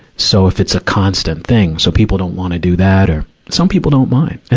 so if it's a constant thing, so people don't wanna do that or, some people don't mind.